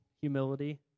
humility